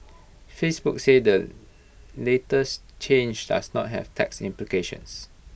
Facebook said the latest change does not have tax implications